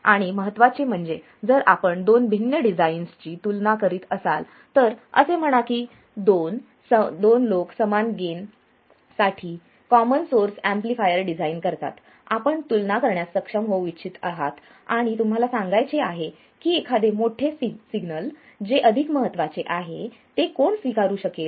आणि महत्त्वाचे म्हणजे जर आपण दोन भिन्न डिझाइनची तुलना करीत असाल तर असे म्हणा की दोन लोक समान गेन साठी कॉमन सोर्स एम्पलीफायर डिझाइन करतात आपण तुलना करण्यास सक्षम होऊ इच्छित आहात आणि तुम्हाला सांगायचे आहे की एखादे मोठे सिग्नल जे अधिक महत्त्वाचे आहे ते कोण स्वीकारू शकेल